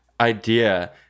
idea